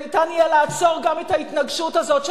וניתן יהיה לעצור גם את ההתנגשות הזאת,